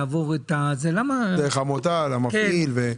דרך עמותה, למפעיל.